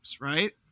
right